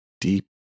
deep